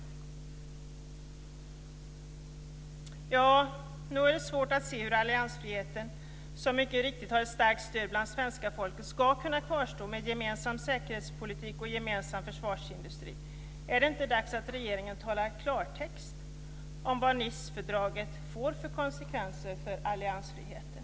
Ja, nog är det svårt att se hur alliansfriheten, som mycket riktigt har ett starkt stöd bland svenska folket, ska kunna kvarstå med gemensam säkerhetspolitik och gemensam försvarsindustri. Är det inte dags att regeringen talar klartext om vad Nicefördraget får för konsekvenser för alliansfriheten?